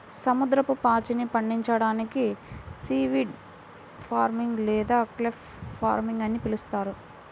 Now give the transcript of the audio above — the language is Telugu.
సముద్రపు పాచిని పండించడాన్ని సీవీడ్ ఫార్మింగ్ లేదా కెల్ప్ ఫార్మింగ్ అని పిలుస్తారు